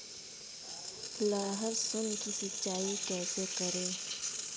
लहसुन की सिंचाई कैसे करें?